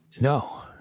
no